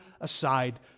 aside